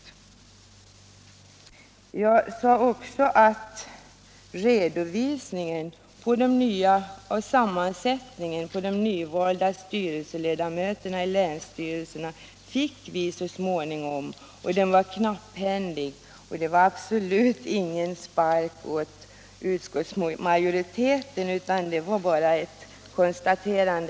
Jag sade också att vi så småningom fick redovisningen av personsammansättningen i de nyvalda styrelserna i länsstyrelserna. Den var knapphändig, och det var, herr talman, absolut ingen spark åt utskottsmajoriteten utan bara ett konstaterande.